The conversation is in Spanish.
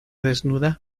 desnuda